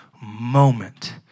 moment